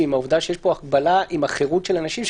עם העובדה שיש פה הגבלה עם החירות של האנשים,